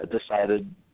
decided